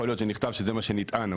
יכול להיות שנכתב שזה מה שנטען,